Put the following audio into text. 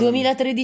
2013